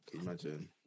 Imagine